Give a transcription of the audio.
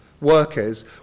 workers